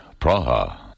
Praha